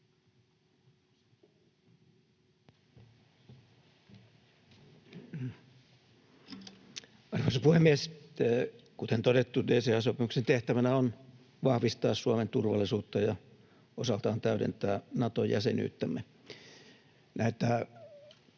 Arvoisa puhemies! Kuten todettu, DCA-sopimuksen tehtävänä on vahvistaa Suomen turvallisuutta ja osaltaan täydentää Nato-jäsenyyttämme.